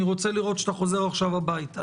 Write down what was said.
אני רוצה לראות שאתה חוזר עכשיו הביתה,